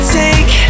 take